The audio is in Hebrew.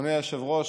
אדוני היושב-ראש,